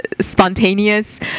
spontaneous